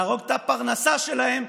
להרוג את הפרנסה שלהם,